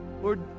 Lord